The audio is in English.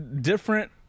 different